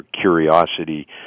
curiosity